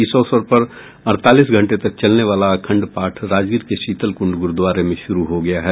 इस अवसर पर अड़तालीस घंटे तक चलने वाला अखंड पाठ राजगीर के शीतलकुंड गुरूद्वारे में शुरू हो गया है